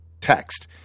text